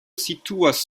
situas